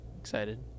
Excited